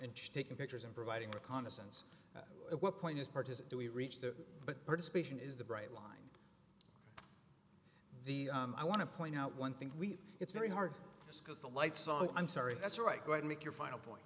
and taking pictures and providing reconnaissance at what point is part is do we reach the but participation is the bright line the i want to point out one thing we it's very hard because the lights on i'm sorry that's right but make your final point